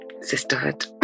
sisterhood